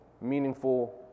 meaningful